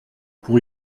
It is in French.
pour